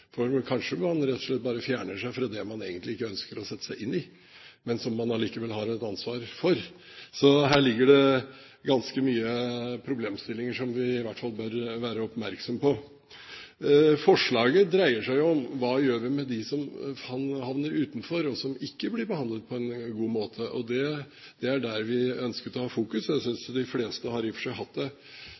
problemstilling. Kanskje man bare rett og slett fjerner seg fra det man egentlig ikke ønsker å sette seg inn i, men som man allikevel har et ansvar for. Her ligger det ganske mange problemstillinger som vi i hvert fall bør være oppmerksom på. Forslaget dreier seg om hva vi gjør med dem som havner utenfor, og som ikke blir behandlet på en god måte. Det var der vi ønsket å ha fokus, og jeg synes de fleste i og for seg har hatt det